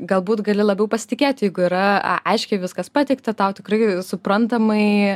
galbūt gali labiau pasitikėti jeigu yra aiškiai viskas pateikta tau tikrai suprantamai